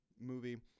movie